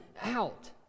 out